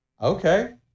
Okay